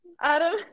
Adam